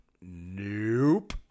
Nope